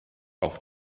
auf